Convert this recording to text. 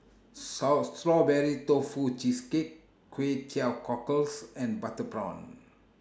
Strawberry Tofu Cheesecake Kway Teow Cockles and Butter Prawn